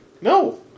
No